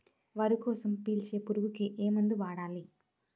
వరిలో రసం పీల్చే పురుగుకి ఏ మందు వాడాలి?